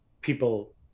people